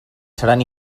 seran